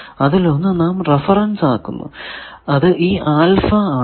അതിൽ ഒന്ന് നാം റഫറൻസ് ആക്കുന്നു അത് ഈ ആൽഫ ആണ്